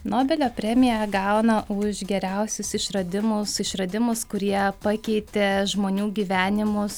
nobelio premiją gauna už geriausius išradimus išradimus kurie pakeitė žmonių gyvenimus